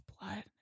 blood